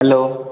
hello